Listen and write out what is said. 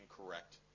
incorrect